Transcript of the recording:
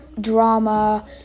drama